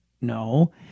No